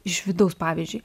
iš vidaus pavyzdžiui